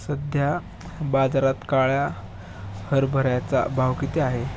सध्या बाजारात काळ्या हरभऱ्याचा भाव किती आहे?